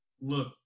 look